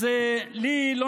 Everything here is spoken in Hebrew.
אז לי לא